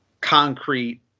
concrete